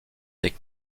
des